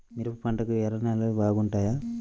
మిరప పంటకు ఎర్ర నేలలు బాగుంటాయా?